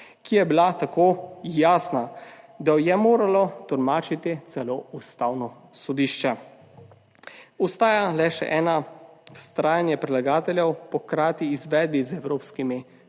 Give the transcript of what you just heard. ki je bila tako jasna, da je moralo tolmačiti celo Ustavno sodišče. Ostaja le še eno vztrajanje predlagateljev po hkrati izvedbi z evropskimi